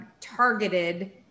targeted